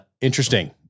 interesting